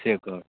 से गप